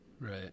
Right